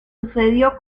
sucedió